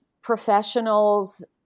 Professionals